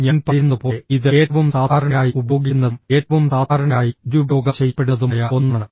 ഞാൻ പറയുന്നതുപോലെ ഇത് ഏറ്റവും സാധാരണയായി ഉപയോഗിക്കുന്നതും ഏറ്റവും സാധാരണയായി ദുരുപയോഗം ചെയ്യപ്പെടുന്നതുമായ ഒന്നാണ്